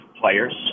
players